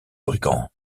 brigand